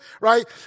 right